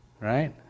right